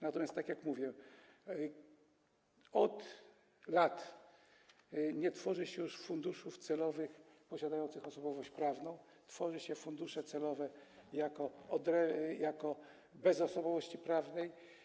Natomiast tak jak mówiłem, od lat nie tworzy się już funduszów celowych posiadających osobowość prawną, tworzy się fundusze celowe bez osobowości prawnej.